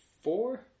four